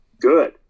good